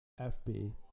FB